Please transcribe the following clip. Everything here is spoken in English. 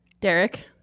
derek